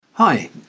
Hi